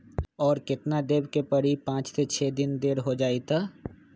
और केतना देब के परी पाँच से छे दिन देर हो जाई त?